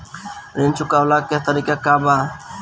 ऋण चुकव्ला के तरीका का बा?